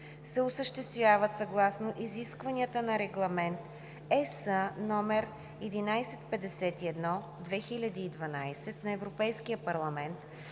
се осъществяват съгласно изискванията на Регламент (ЕС) № 1151/2012 на Европейския парламент